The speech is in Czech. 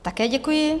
Také děkuji.